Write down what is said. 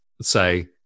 say